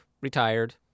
retired